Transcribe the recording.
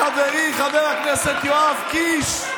לחברי חבר הכנסת יואב קיש,